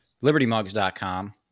LibertyMugs.com